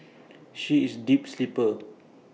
she is A deep sleeper